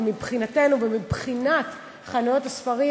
ומבחינתנו ומבחינת חנויות הספרים,